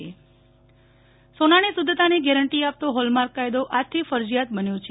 Nehal Thakkar hallmark કાયદો સોનાની શુધ્ધતાની ગેરંટી આપતો હોલમાર્ક કાયદો આજથી ફરજિયાત બન્યો છે